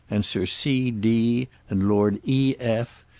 and sir c. d, and lord e. f,